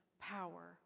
power